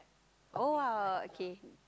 oh !wow! okay